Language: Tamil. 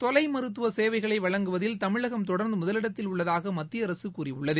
தொலைமருத்துவ சேவைகளை வழங்குவதில் தமிழகம் தொடர்ந்து முதலிடத்தில் உள்ளதாக மத்தியஅரசு கூறியுள்ளது